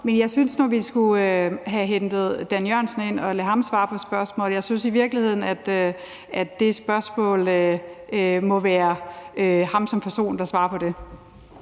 men jeg synes nu, vi skulle have hentet Dan Jørgensen ind og ladet ham svare på spørgsmålet. Jeg synes i virkeligheden, at det må være ham som person, der svarer på det